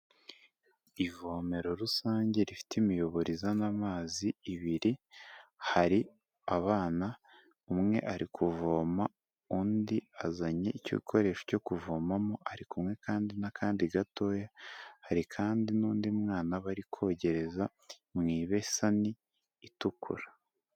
Ivomero rusange rifite imiyoboro izana amazi ibiri, hari abana umwe ari kuvoma undi azanye igikoresho cyo kuvomamo ari kumwe kandi n'akandi gatoya, hari kandi n'undi mwana bari kogereza mu ibesani itukura.